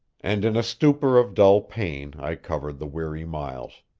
and in a stupor of dull pain i covered the weary miles.